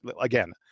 again